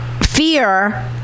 fear